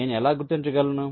నేను ఎలా గుర్తించగలను